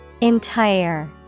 Entire